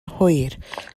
hwyr